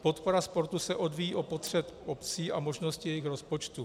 Podpora sportu se odvíjí od potřeb obcí a možností jejich rozpočtu.